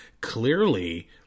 clearly